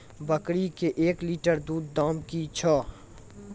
बकरी के एक लिटर दूध दाम कि छ?